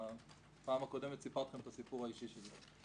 בפעם הקודמת סיפרתי לכם את הסיפור האישי שלי.